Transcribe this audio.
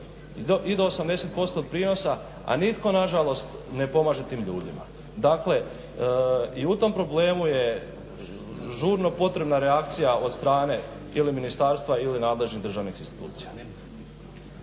i do 80% prinosa, a nitko na žalost ne pomaže tim ljudima. Dakle, i u tom problemu je žurno potrebna reakcija od strane ili ministarstva ili nadležnih državnih institucija.